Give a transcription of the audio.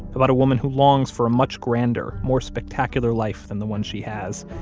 about a woman who longs for a much grander, more spectacular life than the one she has,